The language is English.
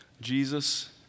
Jesus